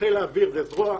חיל האוויר הוא זרוע,